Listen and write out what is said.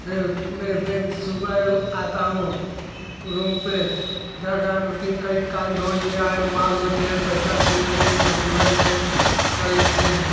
फिर मैं फिर सुबह आता हूँ रूम पे कही कांद होइ गया आइ मार लेते हैं पैसा छीन लेते हैं मज़दूरन के कर लेते हैं